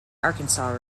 arkansas